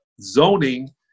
zoning